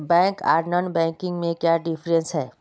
Bank आर non banking में क्याँ डिफरेंस है?